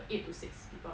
eight to six people